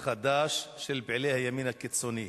חדש של פעילי הימין הקיצוני: